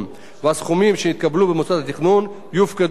הסכומים שיתקבלו במוסד התכנון יופקדו בחשבון